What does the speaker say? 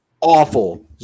awful